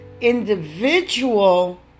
individual